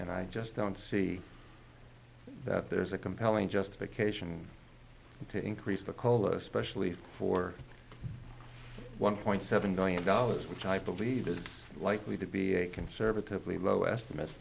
and i just don't see that there's a compelling justification to increase the call especially for one point seven billion dollars which i believe is likely to be a conservatively low estimate